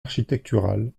architectural